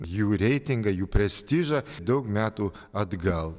jų reitingą jų prestižą daug metų atgal